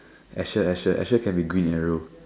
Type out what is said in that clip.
Asher Asher Asher can be green arrow